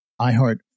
iHeart